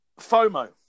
FOMO